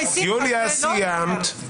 יוליה, סיימת.